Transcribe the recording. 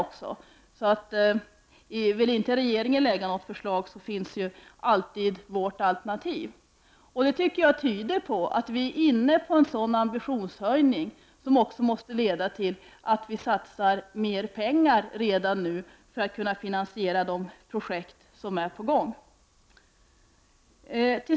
Om inte regeringen vill lägga fram något förslag så finns alltid vårt alternativ. Jag anser att detta tyder på att riksdagen är för en sådan ambitionshöjning. Det måste leda till att vi satsar mer pengar redan nu för att kunna finansiera de projekt som är på gång.